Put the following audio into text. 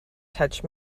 touch